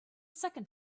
second